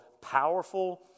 powerful